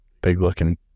big-looking